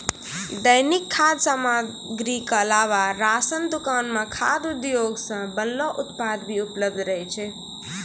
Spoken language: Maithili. दैनिक खाद्य सामग्री क अलावा राशन दुकान म खाद्य उद्योग सें बनलो उत्पाद भी उपलब्ध रहै छै